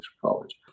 college